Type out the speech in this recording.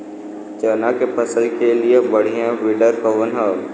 चना के फसल के लिए बढ़ियां विडर कवन ह?